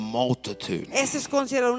multitude